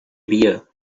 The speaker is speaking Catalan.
havia